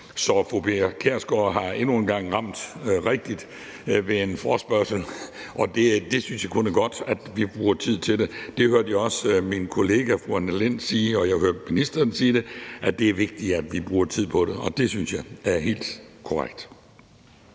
Så fru Pia Kjærsgaard har endnu en gang ramt rigtigt med en forespørgsel, og jeg synes kun, det er godt, at vi bruger tid på det. Det hørte jeg også min kollega fru Annette Lind sige, og jeg hørte ministeren sige det, altså at det er vigtigt, at vi bruger tid på det, og det synes jeg er helt korrekt.